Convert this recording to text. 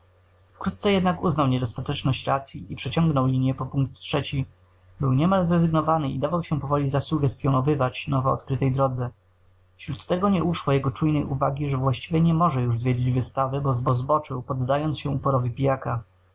wkrótce jednak uznał niedostateczność racyi i przeciągnął linię po punkt trzeci był niemal zrezygnowany i dawał się powoli zasugestyonowywać nowo odkrytej drodze wśród tego nie uszło jego czujnej uwagi że właściwie nie może już zwiedzić wystawy bo zboczył poddając się uporowi pijaka